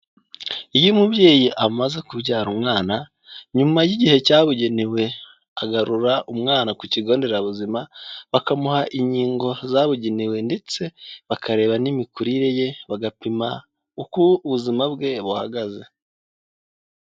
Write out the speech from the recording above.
Iyo umubyeyi amaze kubyara umwana, nyuma y'igihe cyabugenewe agarura umwana ku kigonderabuzima bakamuha inkingo zabugenewe, ndetse bakareba n'imikurire ye, bagapima uko ubuzima bwe buhagaze.